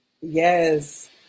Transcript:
Yes